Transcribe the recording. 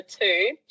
two